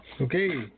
Okay